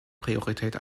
priorität